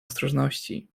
ostrożności